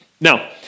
Now